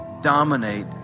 dominate